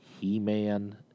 He-Man